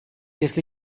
jestli